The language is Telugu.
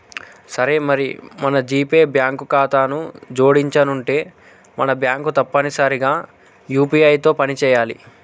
సరే మరి మన జీపే కి బ్యాంకు ఖాతాను జోడించనుంటే మన బ్యాంకు తప్పనిసరిగా యూ.పీ.ఐ తో పని చేయాలి